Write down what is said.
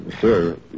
Sir